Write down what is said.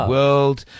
World